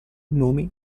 nomi